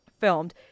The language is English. filmed